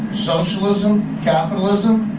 socialism? capitalism?